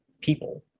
people